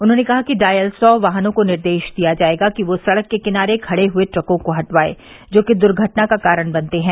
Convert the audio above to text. उन्होंने कहा कि डॉयल सौ वाहनों को निर्देश दिया जायेगा कि वे सड़क के किनारे खड़े हए ट्रकों को हटवाये जो कि दुर्घटना का कारण बनते हैं